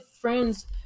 friends